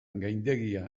gaindegia